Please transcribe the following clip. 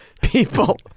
people